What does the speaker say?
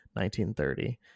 1930